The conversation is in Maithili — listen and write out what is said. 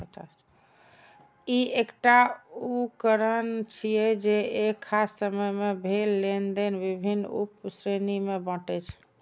ई एकटा उकरण छियै, जे एक खास समय मे भेल लेनेदेन विभिन्न उप श्रेणी मे बांटै छै